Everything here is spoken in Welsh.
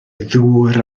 ddŵr